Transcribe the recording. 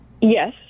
Yes